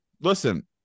listen